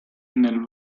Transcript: nel